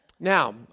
Now